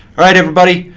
right, everybody,